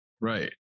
Right